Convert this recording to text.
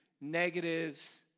negatives